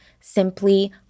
simply